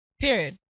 Period